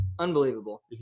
Unbelievable